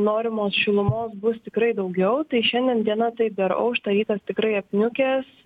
norimos šilumos bus tikrai daugiau tai šiandien diena tai dar aušta rytas tikrai apniukęs